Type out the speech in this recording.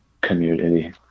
community